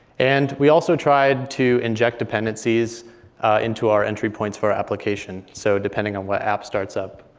and we also tried to inject dependencies into our entry points for our application. so depending on what app starts up,